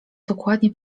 dokładnie